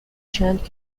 چند